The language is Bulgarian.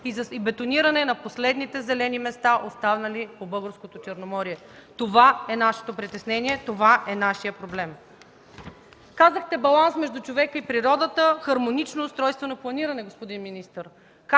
и бетониране на последните зелени места, останали по българското Черноморие. Това е нашето притеснение, това е нашият проблем. Казахте: баланс на природата, хармонично устройствено планиране, господин министър.